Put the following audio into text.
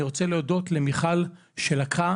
אני רוצה להודות למיכל שלקחה